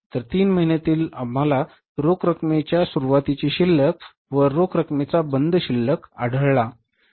तर तीन महिन्यांपर्यंत आम्हाला रोख रकमेची सुरुवातीची शिल्लक व रोख रकमेचा बंद शिल्लक आढळला